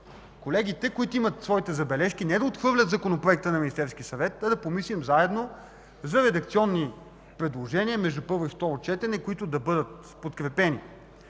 колегите, които имат забележки – не да отхвърлят Законопроекта на Министерския съвет, а заедно да помислим за редакционни предложения между първо и второ четене, които да бъдат подкрепени.